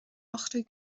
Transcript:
ochtó